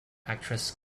actress